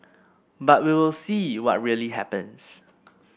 but we will see what really happens